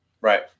right